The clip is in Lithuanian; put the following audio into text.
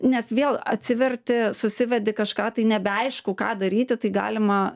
nes vėl atsiverti susivedi kažką tai nebeaišku ką daryti tai galima